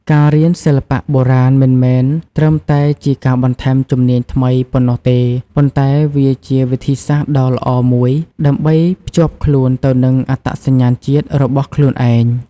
ការរៀនសិល្បៈបុរាណមិនមែនត្រឹមតែជាការបន្ថែមជំនាញថ្មីប៉ុណ្ណោះទេ ប៉ុន្តែវាជា វិធីសាស្ត្រដ៏ល្អមួយដើម្បីភ្ជាប់ខ្លួនទៅនឹងអត្តសញ្ញាណជាតិ របស់ខ្លួនឯង។